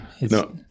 No